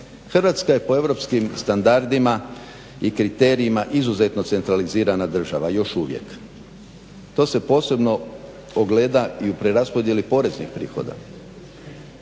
Hrvatska je po europskim standardima i kriterijima izuzetno centralizirana država, još uvijek. To se posebno ogleda i u preraspodijeli poreznih prihoda.